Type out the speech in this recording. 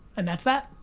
and that's that.